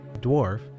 dwarf